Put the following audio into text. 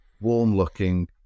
warm-looking